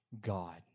God